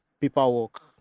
paperwork